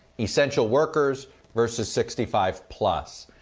essential workers versus sixty five plus.